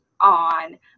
on